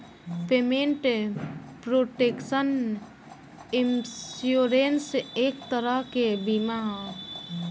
payment protection insurance एक तरह के बीमा ह